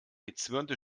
gezwirnte